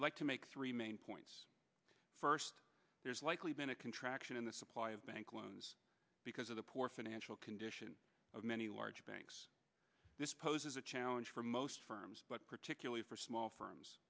i'd like to make three main points first there's likely been a contraction in the supply of bank loans because of the poor financial condition of many large banks this poses a challenge for most firms but particularly for small firms